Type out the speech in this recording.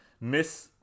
miss